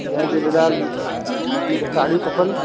जय झूलेलाल मूंखे साड़ियूं खपनि